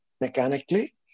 mechanically